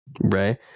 right